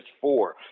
four